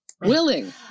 Willing